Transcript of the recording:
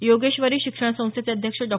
योगेश्वरी शिक्षण संस्थेचे अध्यक्ष डॉ